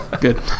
Good